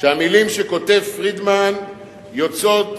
שהמלים שפרידמן כותב יוצאות,